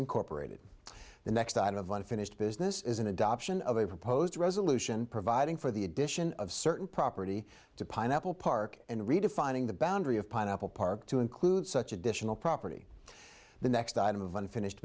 incorporated the next tide of unfinished business is an adoption of a proposed resolution providing for the addition of certain property to pineapple park and redefining the boundary of pineapple park to include such additional property the next item of unfinished